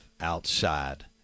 outside